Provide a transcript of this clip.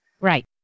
Right